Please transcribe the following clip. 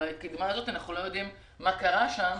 ובקדמה הזאת אנחנו לא יודעים מה קרה שם,